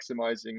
maximizing